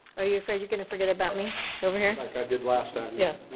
are you afraid you're gonna forget about me over here? like i did last time. yeah.